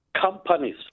Companies